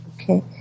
Okay